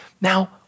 Now